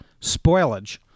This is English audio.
spoilage